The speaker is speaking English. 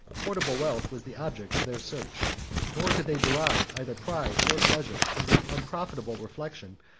portable wealth was the object of their search nor could they derive either pride or pleasure from the unprofitable reflection,